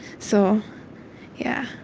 so yeah,